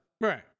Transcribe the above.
Right